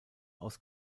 aus